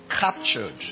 captured